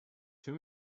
too